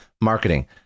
Marketing